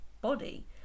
body